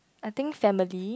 I think family